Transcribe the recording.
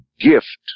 gift